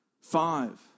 Five